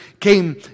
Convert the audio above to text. came